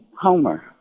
Homer